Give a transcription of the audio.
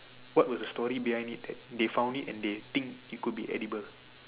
what was the story that they found it and they think it could be edible